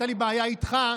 הייתה לי בעיה איתך,